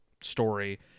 story